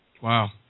Wow